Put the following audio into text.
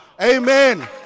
Amen